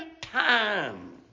time